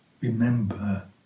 Remember